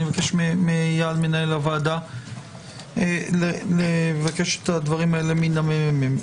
אבקש ממנהל הוועדה לבקש את הדברים האלה מהממ"מ.